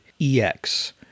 EX